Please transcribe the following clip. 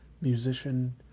musician